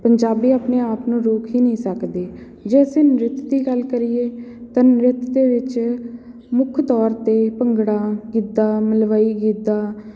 ਪੰਜਾਬੀ ਆਪਣੇ ਆਪ ਨੂੰ ਰੋਕ ਹੀ ਨਹੀਂ ਸਕਦੇ ਜੇ ਅਸੀਂ ਨ੍ਰਿਤ ਦੀ ਗੱਲ ਕਰੀਏ ਤਾਂ ਨ੍ਰਿਤ ਦੇ ਵਿੱਚ ਮੁੱਖ ਤੌਰ 'ਤੇ ਭੰਗੜਾ ਗਿੱਧਾ ਮਲਵਈ ਗਿੱਧਾ